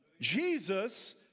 Jesus